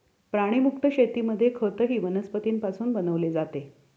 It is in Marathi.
प्राणीमुक्त शेतीमध्ये खतही वनस्पतींपासून बनवले जाते